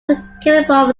capable